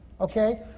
Okay